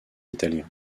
italien